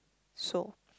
so